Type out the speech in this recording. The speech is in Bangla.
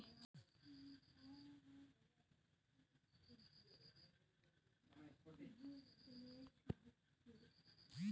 কৃষি ঋণ পাবার জন্যে কি কি করির নাগিবে?